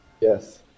Yes